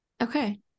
Okay